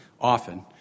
often